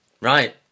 Right